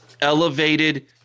elevated